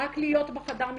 רק להיות בחדר משפחות.